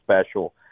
special